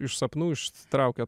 iš sapnų ištraukiat